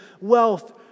wealth